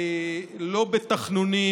לא בתחנונים,